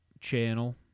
channel